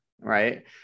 right